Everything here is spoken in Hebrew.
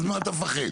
אז ממה אתה מפחד.